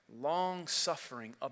long-suffering